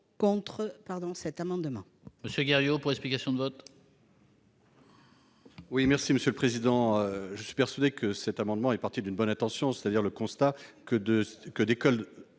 contre cet amendement.